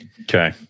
Okay